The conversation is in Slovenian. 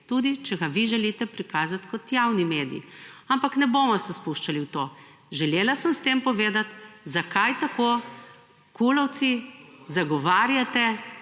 tudi če ga vi želite prikazati kot javni medij. Ampak ne bomo se spuščali v to. Želela sem s tem povedati, zakaj tako KUL-ovci zagovarjate